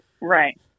Right